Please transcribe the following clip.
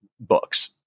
books